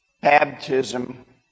baptism